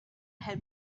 had